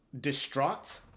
distraught